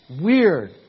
weird